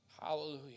Hallelujah